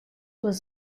was